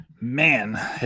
man